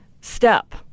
step